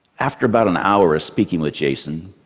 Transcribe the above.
after about an hour of speaking with jason,